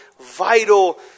vital